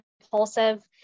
impulsive